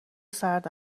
سرد